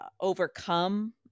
overcome